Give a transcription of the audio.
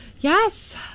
yes